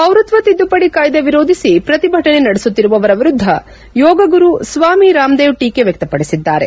ಪೌರತ್ವ ತಿದ್ದುಪಡಿ ಕಾಯ್ದೆ ವಿರೋಧಿಸಿ ಪ್ರತಿಭಟನೆ ನಡೆಸುತ್ತಿರುವವರ ವಿರುದ್ದ ಯೋಗ ಗುರು ಸ್ವಾಮಿ ರಾಮದೇವ್ ಟೀಕೆ ವ್ಯಕ್ತಪಡಿಸಿದ್ದಾರೆ